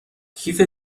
کیف